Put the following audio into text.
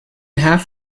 half